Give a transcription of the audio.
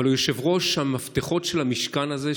אבל הוא יושב-ראש שהמפתחות של המשכן הזה,